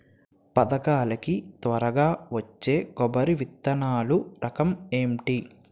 పథకాల కి త్వరగా వచ్చే కొబ్బరి విత్తనాలు రకం ఏంటి?